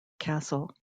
castle